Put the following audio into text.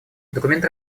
документ